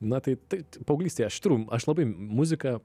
na tai taip paauglystėje aš trum aš labai muziką